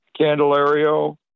Candelario